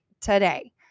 today